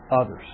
Others